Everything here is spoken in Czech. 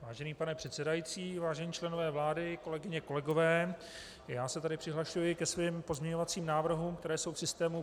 Vážený pane předsedající, vážení členové vlády, kolegyně, kolegové, já se tedy přihlašuji ke svým pozměňovacím návrhům, které jsou v systému.